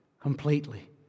completely